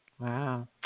Wow